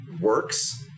works